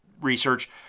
research